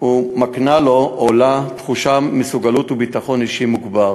ומקנה לו או לה תחושת מסוגלות וביטחון אישי מוגבר